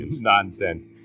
Nonsense